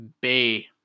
bay